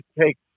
take